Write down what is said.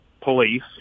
police